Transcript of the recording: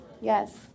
Yes